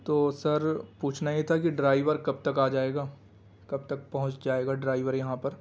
تو سر پوچھنا یہ تھا کہ ڈرائیور کب تک آ جائے گا کب تک پہنچ جائے گا ڈرائیور یہاں پر